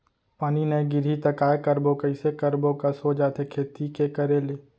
पानी नई गिरही त काय करबो, कइसे करबो कस हो जाथे खेती के करे ले